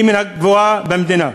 היא מן הגבוהות במדינה?